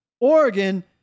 Oregon